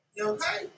Okay